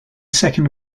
second